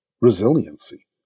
resiliency